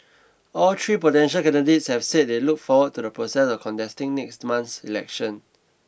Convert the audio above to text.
all three potential candidates have said they look forward to the process of contesting next month's election